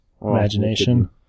imagination